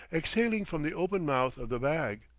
exhaling from the open mouth of the bag.